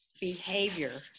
behavior